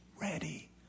ready